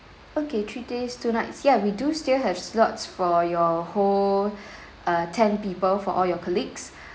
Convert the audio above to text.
okay three days two nights ya we do still have slots for your whole uh ten people for all your colleagues